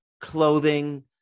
clothing